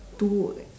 two